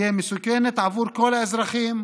תהיה מסוכנת עבור כל האזרחים,